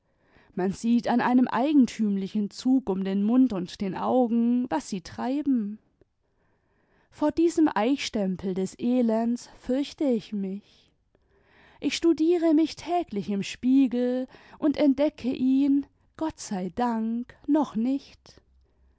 man sieht an einem eigentümlichen zug um den mund imd den augen was sie treiben vor diesem eichstempel des elends fürchte ich mich ich studiere mich täglich im spiegel und entdecke ihn gott sei dank noch nicht